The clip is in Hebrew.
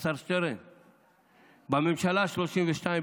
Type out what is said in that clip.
בממשלה השלושים-ושתיים,